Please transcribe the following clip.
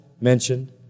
mentioned